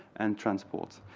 and transports.